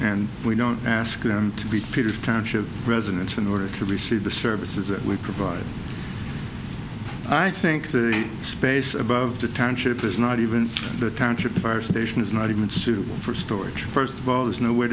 and we don't ask them to be part of township residents in order to receive the services that we provide i think the space above the township is not even the township fire station is not even suitable for storage first of all there's nowhere